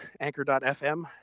Anchor.fm